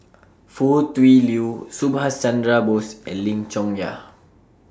Foo Tui Liew Subhas Chandra Bose and Lim Chong Yah